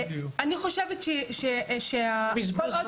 זה בזבוז זמן